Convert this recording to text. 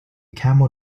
camel